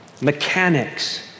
mechanics